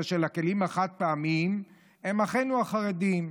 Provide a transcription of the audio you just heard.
של הכלים החד-פעמיים הם אחינו החרדים.